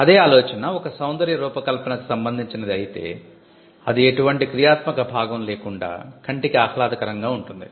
అదే ఆలోచన ఒక సౌందర్య రూపకల్పనకు సంబందించినది అయితే అది ఎటువంటి క్రియాత్మక భాగం లేకుండా కంటికి ఆహ్లాదకరంగా ఉంటుంది